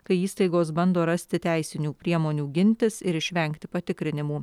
kai įstaigos bando rasti teisinių priemonių gintis ir išvengti patikrinimų